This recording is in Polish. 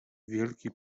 wielki